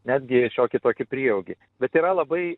netgi šiokį tokį prieaugį bet yra labai